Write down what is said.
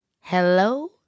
hello